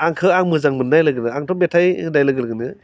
आंखौ आं मोजां आंथ' मेथाइ होननाय लोगो लोगोनो